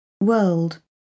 World